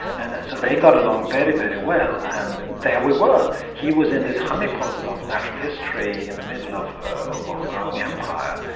and so they got along very, very well, and there we were, he was in this honeypot of natural history in the middle of of a growing empire,